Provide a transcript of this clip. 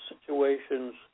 situations